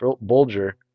Bulger